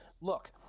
look